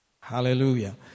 Hallelujah